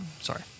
Sorry